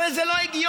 הרי זה לא הגיוני.